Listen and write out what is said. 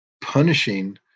punishing